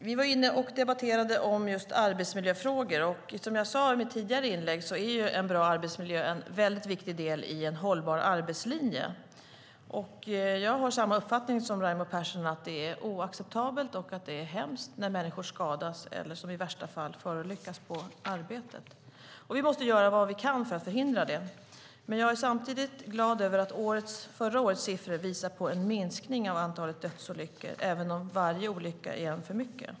Herr talman! Vi debatterade arbetsmiljöfrågor. Som jag sade i mitt tidigare inlägg är en bra arbetsmiljö en väldigt viktig del i en hållbar arbetslinje. Jag har samma uppfattning som Raimo Pärssinen att det är oacceptabelt och hemskt när människor skadas eller i värsta fall förolyckas på arbetet. Vi måste göra vad vi kan för att förhindra det. Jag är samtidigt glad över att förra årets siffror visar på en minskning av antalet dödsolyckor även om varje olycka är en för mycket.